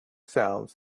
sounds